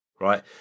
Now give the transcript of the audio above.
right